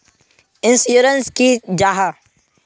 Insurance की जाहा?